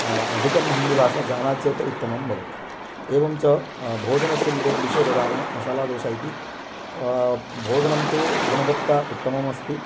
अधिकं हिन्दीभाषा जानाति चेत् उत्तमं भवति एवं च भोजनस्य विद् विषये वदामः मसालादोसा इति भोजनं तु गुणवत्ता उत्तमम् अस्ति